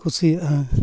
ᱠᱩᱥᱤᱭᱟᱜᱼᱟ